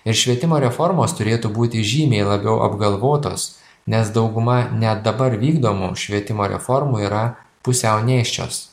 ir švietimo reformos turėtų būti žymiai labiau apgalvotos nes dauguma net dabar vykdomų švietimo reformų yra pusiau nėščios